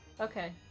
Okay